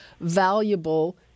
valuable